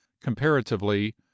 comparatively